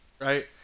right